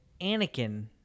Anakin